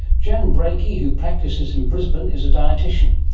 joan breakey, who practices in brisbane, is a dietitian,